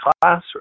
classroom